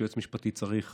שהיועץ המשפטי צריך